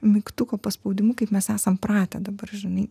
mygtuko paspaudimu kaip mes esam pratę dabar žinai